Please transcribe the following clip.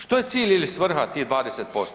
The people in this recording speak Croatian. Što je cilj ili svrha tih 20%